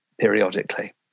periodically